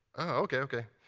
ok, ok.